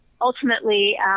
Ultimately